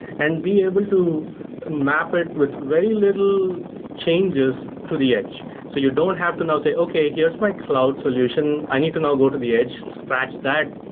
and be able to and map it with very little changes to the edge so you don't have to now say, okay, here's my cloud solution. i need to now go to the edge, scratch that,